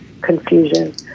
confusion